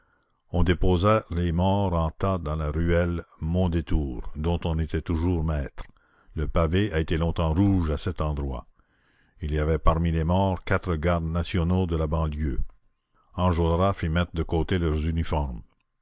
on déposa les morts en tas dans la ruelle mondétour dont on était toujours maître le pavé a été longtemps rouge à cet endroit il y avait parmi les morts quatre gardes nationaux de la banlieue enjolras fit mettre de côté leurs uniformes